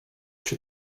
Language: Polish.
czy